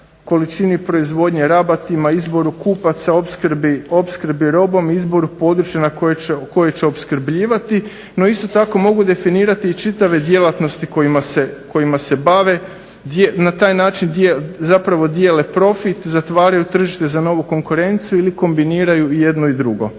količini proizvodnje, rabatima, izvoru kupaca, opskrbi robom, izboru područja koje će opskrbljivati. No isto tako mogu definirati i čitave djelatnosti kojima se bave. Na taj način zapravo dijele profit, zatvaraju tržište za novu konkurenciju ili kombiniraju jedno i drugo.